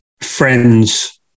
friends